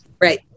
Right